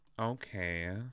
okay